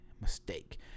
mistake